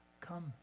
Come